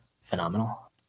phenomenal